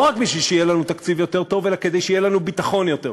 לא רק כדי שיהיה לנו תקציב יותר טוב אלא כדי שיהיה לנו ביטחון יותר טוב.